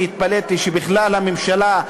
אני התפלאתי שבכלל הממשלה,